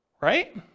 right